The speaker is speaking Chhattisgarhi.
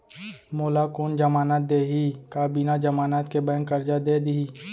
मोला कोन जमानत देहि का बिना जमानत के बैंक करजा दे दिही?